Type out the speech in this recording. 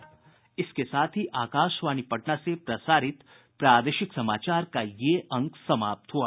इसके साथ ही आकाशवाणी पटना से प्रसारित प्रादेशिक समाचार का ये अंक समाप्त हुआ